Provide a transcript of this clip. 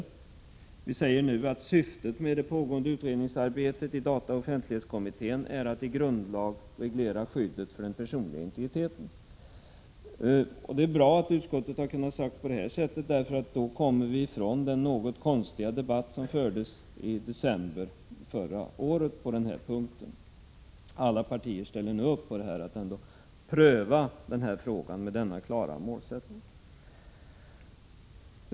Utskottet säger nu att syftet med pågående utredningsarbete i dataoch offentlighetskommittén är att i grundlag reglera skyddet för den personliga integriteten. Det är bra att utskottet kunnat säga så, för då kommer vi ifrån den något konstiga debatt som fördes i december förra året på denna punkt. Alla partier ställer upp på att pröva denna fråga med denna klara målsättning.